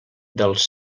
dels